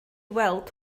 weld